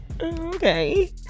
Okay